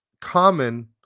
common